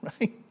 right